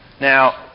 Now